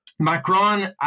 Macron